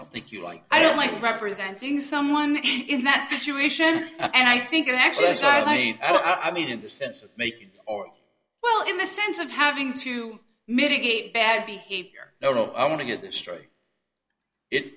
i think you like i don't like representing someone in that situation and i think it actually is highly i mean in the sense of making or well in the sense of having to mitigate bad behavior no i want to get the story it